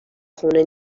خونه